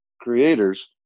creators